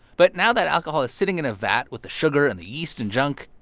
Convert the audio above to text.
but now that alcohol is sitting in a vat with the sugar and the yeast and junk,